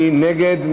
מי נגד?